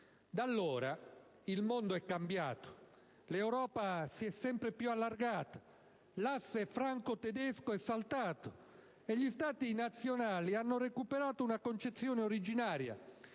Da allora il mondo è cambiato. L'Europa si è sempre più allargata, l'asse franco-tedesco è saltato e gli Stati nazionali hanno recuperato una concezione originaria